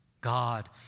god